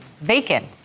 vacant